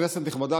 כנסת נכבדה,